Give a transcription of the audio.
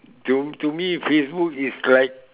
to to me Facebook is like